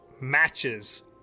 matches